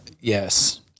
Yes